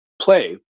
play